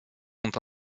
sont